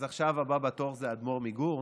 אז עכשיו הבא בתור הוא האדמו"ר מגור?